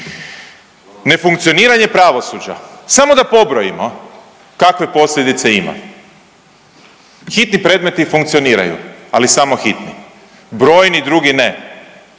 Nefunkcioniranje pravosuđa, samo da pobrojimo kakve posljedice ima, hitni predmeti funkcioniraju, ali samo hitni, brojni drugi ne.